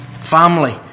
Family